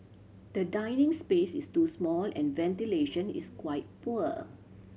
the dining space is too small and ventilation is quite poor